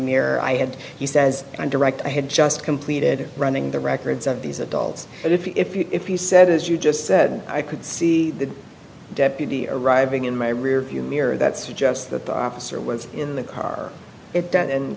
mirror i had he says and direct i had just completed running the records of these adults and if you if he said as you just said i could see the deputy arriving in my rear view mirror that suggests that the officer was in the car it down and